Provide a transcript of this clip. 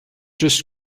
just